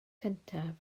cyntaf